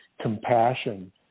compassion